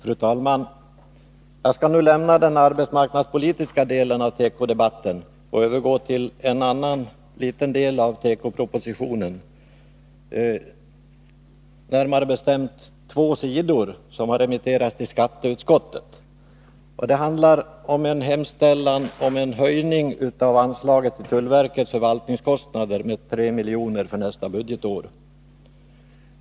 Fru talman! Jag skall nu lämna den arbetsmarknadspolitiska delen av tekodebatten och övergå till en annan, liten del av tekopropositionen, närmare bestämt två sidor som remitterats till skatteutskottet. Det handlar om en hemställan om en höjning av anslaget till tullverkets förvaltningskostnader med 3 miljoner för nästa budgetår.